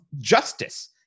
justice